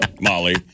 Molly